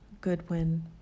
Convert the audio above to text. Goodwin